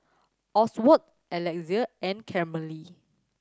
Oswald Alexia and Carmella